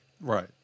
Right